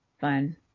fun